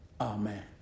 Amen